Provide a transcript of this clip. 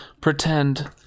pretend